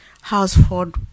household